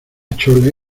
chole